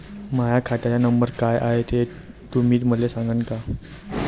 माह्या खात्याचा नंबर काय हाय हे तुम्ही मले सागांन का?